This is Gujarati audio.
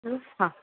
હા